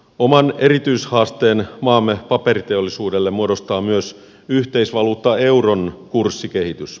oman erityishaasteen maamme paperiteollisuudelle muodostaa myös yhteisvaluutta euron kurssikehitys